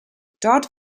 dort